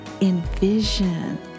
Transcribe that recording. envision